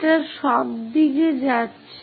এটা সব দিকে যাচ্ছে